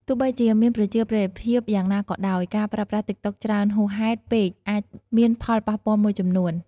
ទោះបីជាមានប្រជាប្រិយភាពយ៉ាងណាក៏ដោយ ការប្រើប្រាស់តិកតុកច្រើនហួសហេតុពេកអាចមានផលប៉ះពាល់មួយចំនួន។